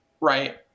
right